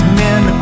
men